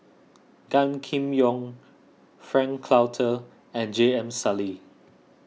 Gan Kim Yong Frank Cloutier and J M Sali